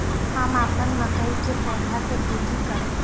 हम अपन मकई के पौधा के वृद्धि करब?